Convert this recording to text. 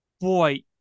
boy